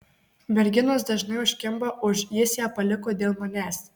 merginos dažnai užkimba už jis ją paliko dėl manęs